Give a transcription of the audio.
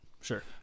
Sure